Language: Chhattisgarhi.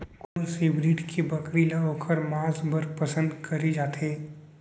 कोन से ब्रीड के बकरी ला ओखर माँस बर पसंद करे जाथे?